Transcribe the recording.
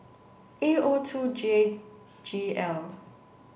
A O two J G L